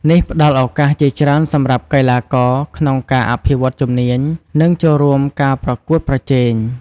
នេះផ្តល់ឱកាសជាច្រើនសម្រាប់កីឡាករក្នុងការអភិវឌ្ឍជំនាញ និងចូលរួមការប្រកួតប្រជែង។